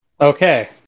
Okay